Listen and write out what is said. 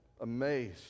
amazed